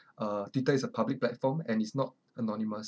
uh twitter is a public platform and it's not anonymous